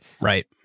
Right